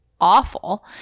awful